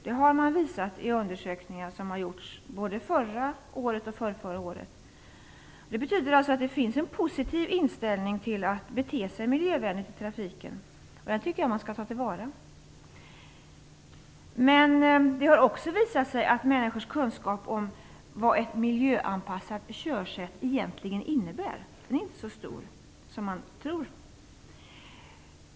Det har man visat i undersökningar som har gjorts både förra och förrförra året. Det betyder att det finns en positiv inställning till att bete sig miljövänligt i trafiken, och den tycker jag att man skall ta vara på. Men det har också visat sig att människors kunskap om vad ett miljöanpassat körsätt egentligen innebär inte är så stor som man kan tro.